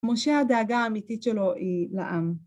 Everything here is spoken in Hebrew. כמו שהדאגה האמיתית שלו היא לעם.